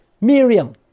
Miriam